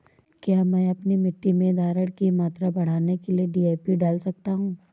क्या मैं अपनी मिट्टी में धारण की मात्रा बढ़ाने के लिए डी.ए.पी डाल सकता हूँ?